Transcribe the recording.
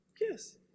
Yes